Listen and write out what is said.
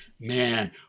man